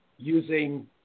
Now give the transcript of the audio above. using